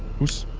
who's